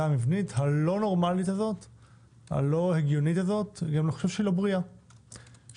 המבנית הלא נורמלית ולא הגיונית והלא בריאה הזו.